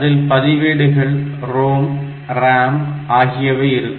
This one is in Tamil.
அதில் பதிவேடுகள் ROM மற்றும் RAM ஆகியவை இருக்கும்